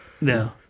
No